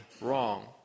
wrong